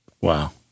Wow